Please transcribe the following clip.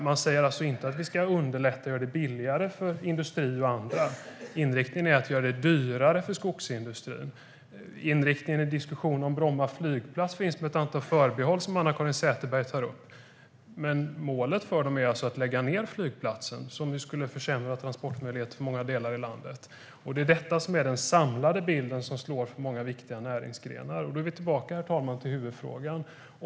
Man säger alltså inte att man ska underlätta och göra det billigare för industrin och andra, utan inriktningen är att göra det dyrare för skogsindustrin. I diskussionen om Bromma flygplats finns ett antal förbehåll som Anna-Caren Sätherberg tar upp, men målet är att lägga ned flygplatsen. Det skulle försämra transportmöjligheten för många delar i landet. Det är detta som är den samlade bilden som slår mot många viktiga näringsgrenar. Då är vi alltså tillbaka i huvudfrågan, herr talman.